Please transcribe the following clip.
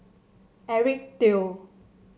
Eric Teo